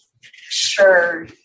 sure